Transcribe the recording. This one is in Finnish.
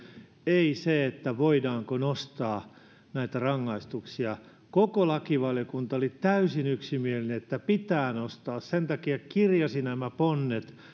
ei siitä voidaanko nostaa näitä rangaistuksia koko lakivaliokunta oli täysin yksimielinen että pitää nostaa sen takia kirjasi nämä ponnet